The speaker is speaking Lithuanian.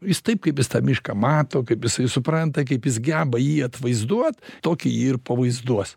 jis taip kaip jis tą mišką mato kaip jisai supranta kaip jis geba jį atvaizduot tokį jį ir pavaizduos